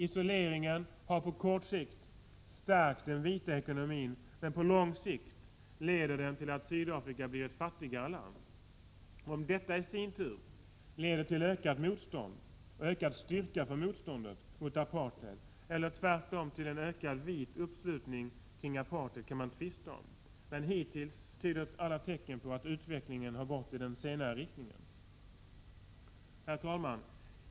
Isoleringen har på kort sikt stärkt den vita ekonomin, men på lång sikt leder den till att Sydafrika blir ett fattigare land. Om detta i sin tur leder till ökat motstånd, och ökad styrka för motståndet, mot apartheid eller tvärtom till en ökad vit uppslutning kring apartheid kan man tvista om. Men hittills tyder alla tecken på att utvecklingen har gått i den senare riktningen. Herr talman!